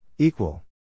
Equal